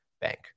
bank